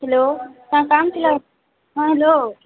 hello କ'ଣ କାମ ଥିଲା ହଁ ହେଲୋ